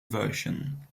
version